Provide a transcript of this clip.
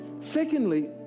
Secondly